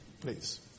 please